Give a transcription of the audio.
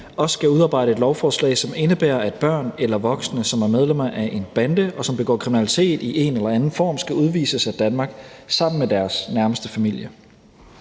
også skal udarbejde et lovforslag, som indebærer, at børn eller voksne, som er medlemmer af en bande, og som begår kriminalitet i en eller anden form, skal udvises af Danmark sammen med deres nærmeste familie.